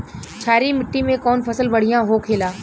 क्षारीय मिट्टी में कौन फसल बढ़ियां हो खेला?